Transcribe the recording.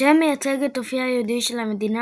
השם מייצג את אופייה היהודי של המדינה,